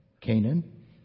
Canaan